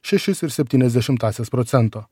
šešis ir septynias dešimtąsias procento